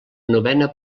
novena